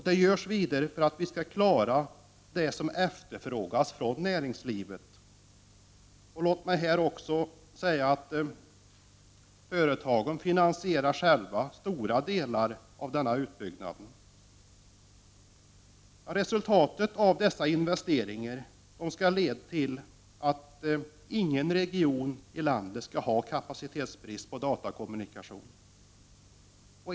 Det görs vidare för att klara det som efterfrågas från näringslivet. Låt mig här också påpeka att företagen själva finansierar stora delar av denna utbyggnad. Resultatet av dessa investeringar skall leda till att ingen region i landet skall ha kapacitetsbrist på datakommunikation.